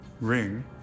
ring